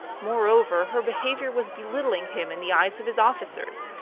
moreover, her behaviour was belittling him in the eyes of his officers,